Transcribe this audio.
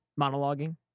Monologuing